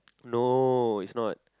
no it's not